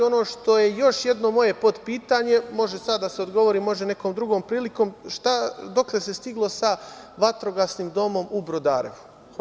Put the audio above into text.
Ono što je još jedno moje potpitanje, može sada da se odgovori, može nekom drugom prilikom, dokle se stiglo sa vatrogasnim domom u Brodarevu?